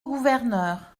gouverneur